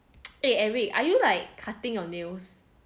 eh eric are you like cutting your nails